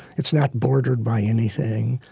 it's not bordered by anything,